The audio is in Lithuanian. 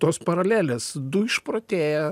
tos paralelės du išprotėję